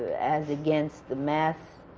as against the mass,